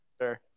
Sure